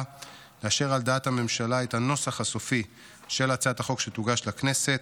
לאשר על דעת הממשלה את הנוסח הסופי של הצעת החוק שתוגש לכנסת.